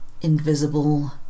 invisible